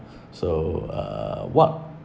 so uh what